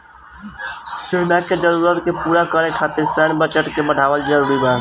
सेना के जरूरत के पूरा करे खातिर सैन्य बजट के बढ़ावल जरूरी बा